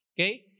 okay